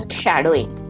shadowing